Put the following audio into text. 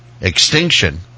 Extinction